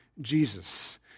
Jesus